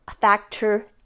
factor